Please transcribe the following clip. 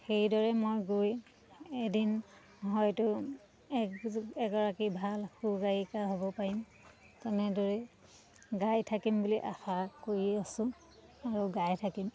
সেইদৰে মই গৈ এদিন হয়তো এক য এগৰাকী ভাল সু গায়িকা হ'ব পাৰিম তেনেদৰেই গাই থাকিম বুলি আশা কৰি আছোঁ আৰু গাই থাকিম